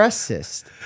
cyst